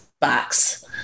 box